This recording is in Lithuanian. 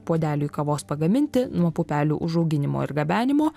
puodeliui kavos pagaminti nuo pupelių užauginimo ir gabenimo